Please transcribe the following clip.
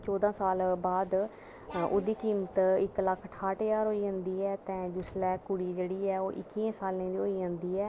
चौदां साल बाद ओह्दी कीमत इक्क लक्ख ठाह्ट ज्हार होई जंदी ऐ ते जिसलै कुड़ी जेह्ड़ी ऐ ओह् इक्कियें सालें दी होई जंदी ऐ